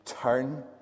turn